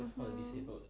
mmhmm